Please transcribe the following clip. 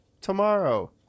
tomorrow